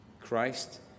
Christ